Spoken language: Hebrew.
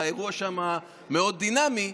והאירוע שם מאוד דינמי.